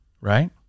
Right